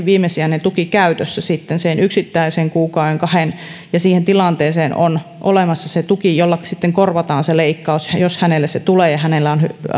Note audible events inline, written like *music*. *unintelligible* viimesijainen tuki käytössä sitten sen yksittäisen kuukauden kahden siihen tilanteeseen on olemassa se tuki jolla sitten korvataan se leikkaus jos hänelle se tulee ja hänellä on